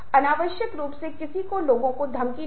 यही कारण है कि हमने इसे अपने कई छात्रों में पाया है